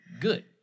good